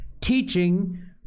teaching